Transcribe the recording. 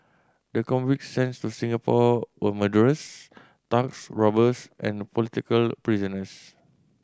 the convicts sense to Singapore were murderers thugs robbers and political prisoners